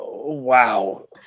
Wow